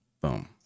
boom